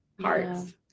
hearts